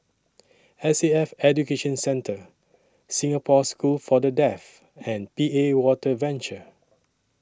S A F Education Centre Singapore School For The Deaf and P A Water Venture